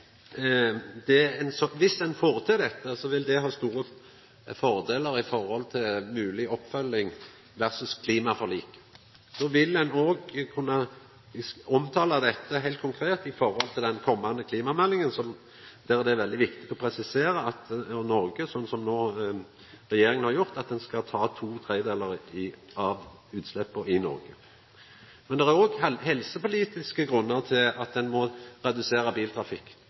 viss ein får til dette, vil det ha store fordelar når det gjeld mogleg oppfølging versus klimaforliket. Ein vil òg kunna omtala dette heilt konkret i forhold til den komande klimameldinga. Då er det veldig viktig å presisera slik som regjeringa no har gjort, at ein skal ta to tredelar av utsleppa i Noreg. Men det er òg helsepolitiske grunnar til at ein må redusera